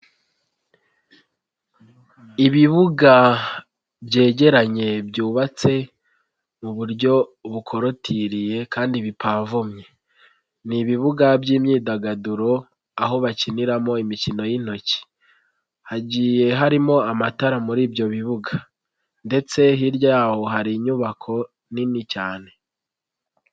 Ibibuga byegeranye byubatse mu buryo bukorotiriye kandi bipavomye, ni ibibuga by'imyidagaduro, aho bakiniramo imikino y'intoki hagiye harimo amatara muri ibyo bibuga ndetse hirya yaho hari inyubako nini cyane.